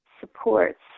supports